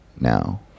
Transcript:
now